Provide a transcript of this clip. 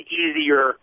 easier